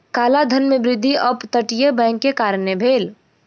काला धन में वृद्धि अप तटीय बैंक के कारणें भेल